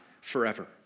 forever